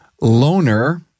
Loner